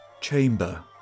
chamber